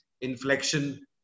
inflection